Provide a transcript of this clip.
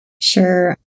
Sure